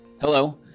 Hello